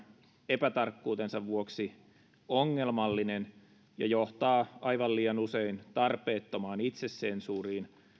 epätarkkuutensa vuoksi ongelmallinen ja johtaa aivan liian usein tarpeettomaan itsesensuuriin